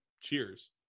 Cheers